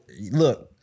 look